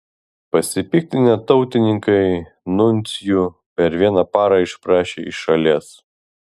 pasipiktinę tautininkai nuncijų per vieną parą išprašė iš šalies